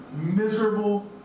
miserable